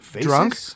Drunk